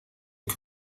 qué